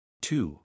Two